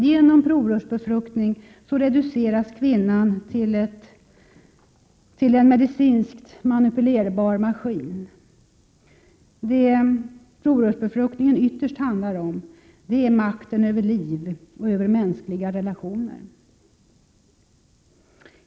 Genom provrörsbefruktning reduceras kvinnan till en medicinsk manipulerbar maskin. Det som provrörsbefruktning ytterst handlar om är makten över liv och över mänskliga relationer.